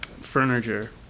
furniture